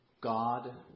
God